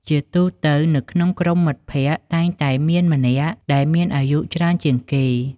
ជាទូទៅ នៅក្នុងក្រុមមិត្តភក្តិតែងតែមានម្នាក់ដែលមានអាយុច្រើនជាងគេ។